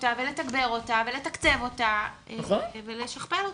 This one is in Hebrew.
אותה ולתגבר אותה ולתקצב אותה ולשכפל אותה.